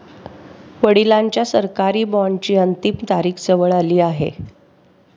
वडिलांच्या सरकारी बॉण्डची अंतिम तारीख जवळ आली आहे